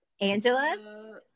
angela